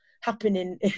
happening